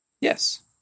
Yes